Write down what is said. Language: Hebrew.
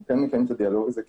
אנחנו כן מקיימים את הדיאלוג הזה,